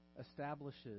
establishes